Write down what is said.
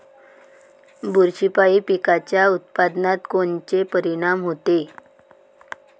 बुरशीपायी पिकाच्या उत्पादनात कोनचे परीनाम होते?